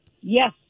Yes